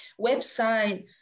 website